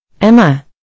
Emma